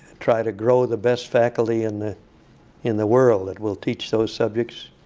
try to grow the best faculty in the in the world that will teach those subjects.